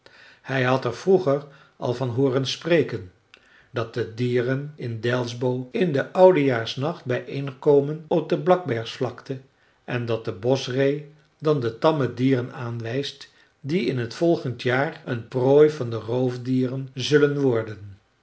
hij had er vroeger al van hooren spreken dat de dieren in delsbo in den oudejaarsnacht bijeen komen op de blacksbergvlakte en dat de boschree dan de tamme dieren aanwijst die in t volgend jaar een prooi van de roofdieren zullen worden